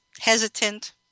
hesitant